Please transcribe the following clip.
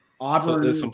Auburn